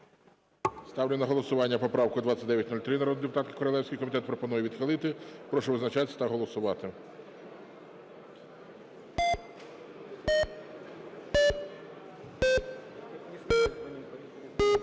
Ставлю на голосування поправку 2903 народної депутатки Королевської. Комітет пропонує відхилити. Прошу визначатися та голосувати.